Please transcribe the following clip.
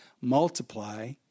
multiply